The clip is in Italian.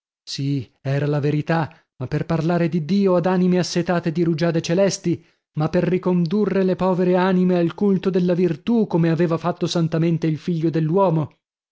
sì era la verità ma per parlare di dio ad anime assetate di rugiade celesti ma per ricondurre le povere anime al culto della virtù come aveva fatto santamente il figlio